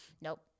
nope